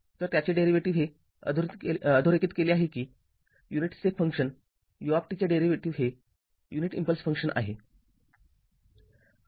तर त्याचे डेरिव्हेटीव्ह हे अधोरेखित केले आहे कि युनिट स्टेप फंक्शन ut चे डेरिव्हेटिव्ह हे युनिट इंपल्स फंक्शन आहे